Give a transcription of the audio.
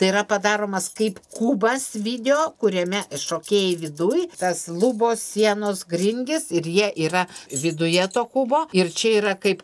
tai yra padaromas kaip kubas video kuriame šokėjai viduj tas lubos sienos grindys ir jie yra viduje to kubo ir čia yra kaip